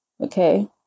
Okay